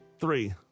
three